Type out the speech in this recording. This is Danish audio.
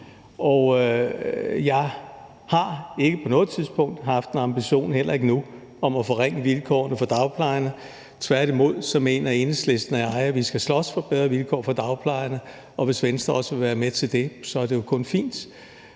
jeg har ikke på noget tidspunkt haft en ambition og har det heller ikke nu om at forringe vilkårene for dagplejerne. Tværtimod mener Enhedslisten og jeg, at vi skal slås for bedre vilkår for dagplejerne, og hvis Venstre også vil være med til det, er det jo kun fint.